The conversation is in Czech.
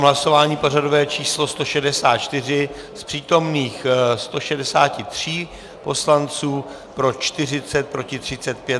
V hlasování pořadové číslo 164 z přítomných 163 poslanců pro 40, proti 35.